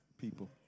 people